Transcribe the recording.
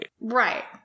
Right